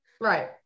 Right